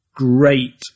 great